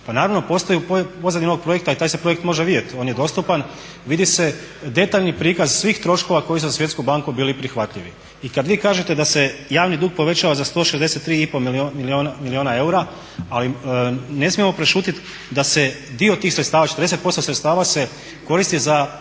Pa naravno postoji u pozadini ovog projekta i taj se projekt može vidjet, on je dostupan, vidi se detaljni prikaz svih troškova koji su za Svjetsku banku bili prihvatljivi. I kad vi kažete da se javni dug povećao za 163,5 milijuna eura, ali ne smijemo prešutit da se dio tih sredstava, 40% sredstava se koristi za